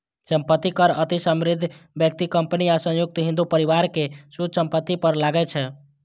संपत्ति कर अति समृद्ध व्यक्ति, कंपनी आ संयुक्त हिंदू परिवार के शुद्ध संपत्ति पर लागै छै